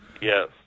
Yes